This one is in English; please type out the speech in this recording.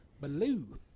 Baloo